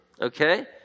Okay